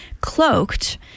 cloaked